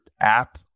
app